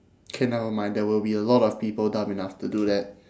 okay never mind there will be a lot of people dumb enough to do that